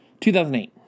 2008